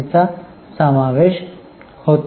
चा समावेश होतो